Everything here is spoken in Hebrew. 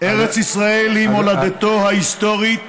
ארץ ישראל היא מולדתו ההיסטורית